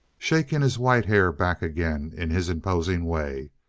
shaking his white hair back again in his imposing way,